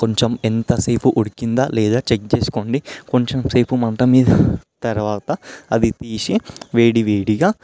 కొంచెం ఎంతసేపు ఉడికిందా లేదా చెక్ చేసుకోండి కొంచెం సేపు మంట మీద తరువాత అవి తీసి వేడి వేడిగా